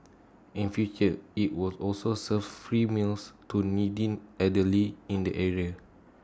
in future IT will also serve free meals to needy elderly in the area